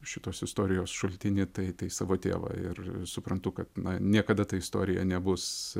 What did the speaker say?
šitos istorijos šaltinį tai tai savo tėvą ir suprantu kad na niekada ta istorija nebus